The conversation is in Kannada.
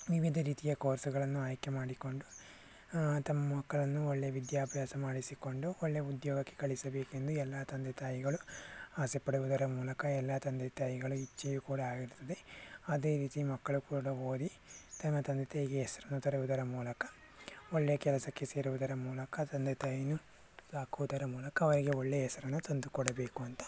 ವಿವಿಧ ರೀತಿಯ ಕೋರ್ಸುಗಳನ್ನು ಆಯ್ಕೆ ಮಾಡಿಕೊಂಡು ತಮ್ಮ ಮಕ್ಕಳನ್ನು ಒಳ್ಳೆಯ ವಿದ್ಯಾಭ್ಯಾಸ ಮಾಡಿಸಿಕೊಂಡು ಒಳ್ಳೆ ಉದ್ಯೋಗಕ್ಕೆ ಕಳಿಸಬೇಕೆಂದು ಎಲ್ಲ ತಂದೆ ತಾಯಿಗಳು ಆಸೆ ಪಡುವುದರ ಮೂಲಕ ಎಲ್ಲ ತಂದೆ ತಾಯಿಗಳ ಇಚ್ಛೆಯು ಕೂಡ ಆಗಿರುತ್ತದೆ ಅದೇ ರೀತಿ ಮಕ್ಕಳು ಕೂಡ ಓದಿ ತಮ್ಮ ತಂದೆ ತಾಯಿಗೆ ಹೆಸರನ್ನು ತರುವುದರ ಮೂಲಕ ಒಳ್ಳೆ ಕೆಲಸಕ್ಕೆ ಸೇರುವುದರ ಮೂಲಕ ತಂದೆ ತಾಯಿಯನ್ನು ಸಾಕೋದರ ಮೂಲಕ ಅವರಿಗೆ ಒಳ್ಳೆಯ ಹೆಸರನ್ನು ತಂದು ಕೊಡಬೇಕು ಅಂತ